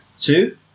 Two